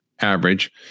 average